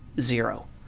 zero